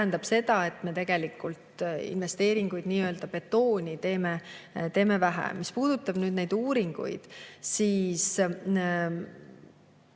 seda, et me investeeringuid nii-öelda betooni teeme vähe. Mis puudutab neid uuringuid, siis